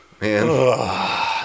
Man